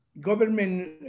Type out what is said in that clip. government